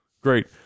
great